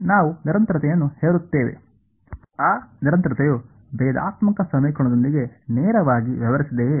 ನಾವು ನಿರಂತರತೆಯನ್ನು ಹೇರುತ್ತೇವೆ ಆ ನಿರಂತರತೆಯು ಭೇದಾತ್ಮಕ ಸಮೀಕರಣದೊಂದಿಗೆ ನೇರವಾಗಿ ವ್ಯವಹರಿಸಿದೆಯೇ